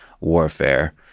warfare